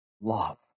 love